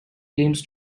claims